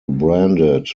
branded